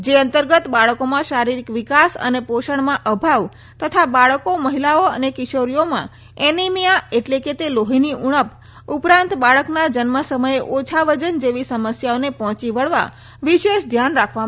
જે અંતર્ગત બાળકોમાં શારીરીક વિકાસ અને પોષણમાં અભાવ તથા બાળકો મહિલાઓ અને કિશોરીઓમાં અભિયાન એટલે કે તે લોહિની ઉણપ ઉપરાંત બાળકના જન્મ સમયે ઓછા વજન જેવી સમસ્યાઓને પહોંચી વળવા વિશેષ ધ્યાન રાખવામાં આવશે